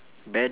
band